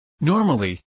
Normally